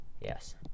Yes